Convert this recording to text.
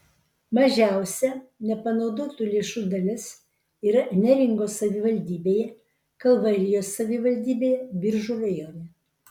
mažiausia nepanaudotų lėšų dalis yra neringos savivaldybėje kalvarijos savivaldybėje biržų rajone